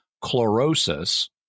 chlorosis